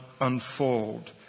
unfold